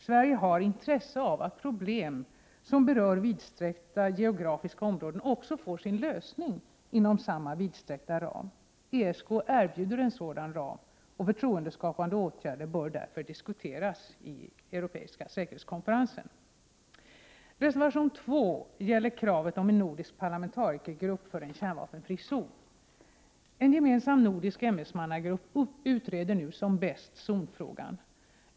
Sverige har intresse av att problem som berör vidsträckta geografiska områden också får sin lösning inom samma vidsträckta ram. ESK erbjuder en sådan ram. Förtroendeskapande åtgärder bör därför diskuteras i ESK. En gemensam nordisk ämbetsmannagrupp utreder som bäst zonfrågan.